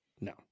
No